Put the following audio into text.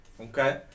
Okay